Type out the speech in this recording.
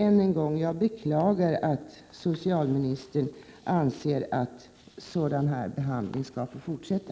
Än en gång: Jag beklagar att socialministern anser att sådan här behandling skall få fortsätta.